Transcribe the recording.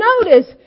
notice